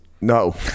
No